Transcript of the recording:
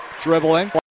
Dribbling